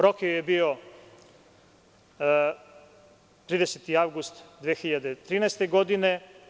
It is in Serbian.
Rok je bio 30. avgust 2013. godine.